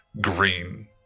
green